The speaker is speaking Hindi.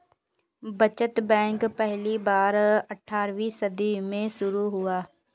बचत बैंक पहली बार अट्ठारहवीं सदी में शुरू हुआ